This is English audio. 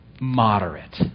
moderate